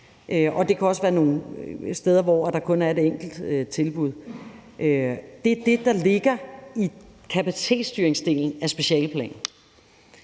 Der kan også være nogle steder, hvor der kun er et enkelt tilbud. Det er det, der ligger i kapacitetsstyringsdelen af specialeplanen.